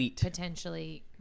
Potentially